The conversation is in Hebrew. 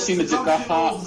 זה גם חינוך,